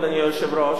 אדוני היושב-ראש,